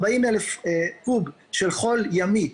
40,000 קוב של חול ימי,